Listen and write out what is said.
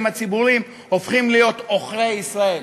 הציבוריים הופכים להיות עוכרי ישראל.